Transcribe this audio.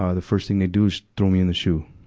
ah the first thing they do is throw me in the shu,